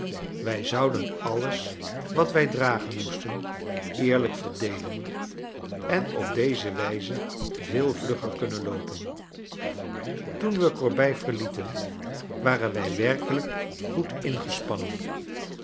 wij zouden alles wat wij dragen moesten eerlijk verdeelen en op die wijze veel vlugger kunnen loopen toen we corbeil verlieten waren wij werkelijk goed ingespannen